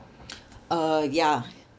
uh yeah